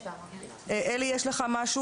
את אומרת דברים